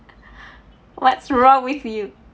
what's wrong with you